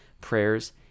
prayers